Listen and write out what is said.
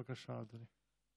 בבקשה, אדוני.